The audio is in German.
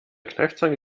kneifzange